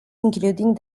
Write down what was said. including